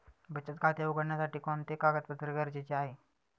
बचत खाते उघडण्यासाठी कोणते कागदपत्रे गरजेचे आहे?